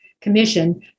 commission